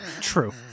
True